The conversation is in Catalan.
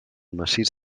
massís